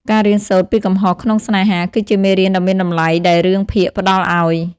ការរៀនសូត្រ ពីកំហុសក្នុងស្នេហាគឺជាមេរៀនដ៏មានតម្លៃដែលរឿងភាគផ្តល់ឱ្យ។